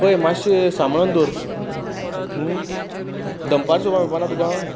पय मातशें सांबाळून दवर दनपारचो मेळपाना तुका